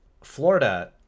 florida